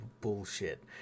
bullshit